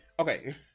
Okay